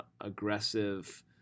aggressive